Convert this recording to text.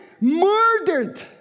Murdered